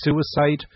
suicide